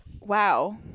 Wow